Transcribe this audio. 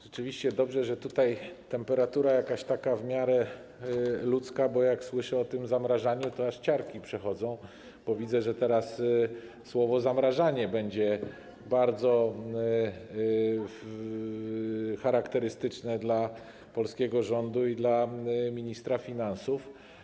Rzeczywiście to dobrze, że temperatura tutaj jest jakaś taka w miarę ludzka, ponieważ jak słyszę o tym zamrażaniu, to aż ciarki przechodzą, bo widzę, że teraz słowo „zamrażanie” będzie bardzo charakterystyczne dla polskiego rządu i dla ministra finansów.